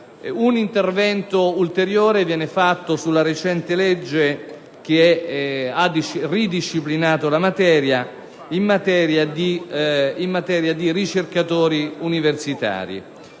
Un intervento ulteriore viene fatto sulla recente legge che ha ridisciplinato la materia concernente i ricercatori universitari.